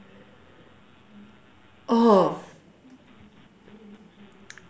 oh